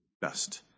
best